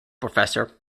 professor